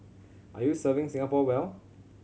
are you serving Singapore well